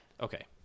Okay